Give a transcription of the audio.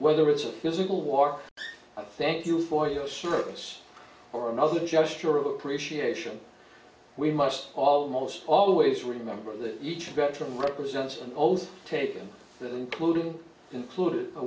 whether it's a physical walk i thank you for your service or another gesture of appreciation we must almost always remember that each veteran represents an old taken that included included a